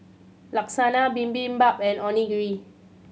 Bibimbap and Onigiri